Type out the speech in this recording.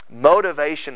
motivation